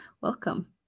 welcome